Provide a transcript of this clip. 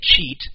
cheat